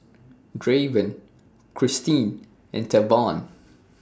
Draven Christeen and Tavon